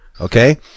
Okay